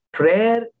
Prayer